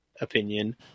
opinion